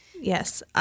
Yes